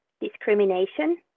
discrimination